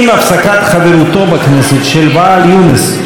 עם הפסקת חברותו בכנסת של ואאל יונס,